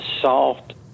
soft